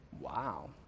Wow